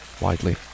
widely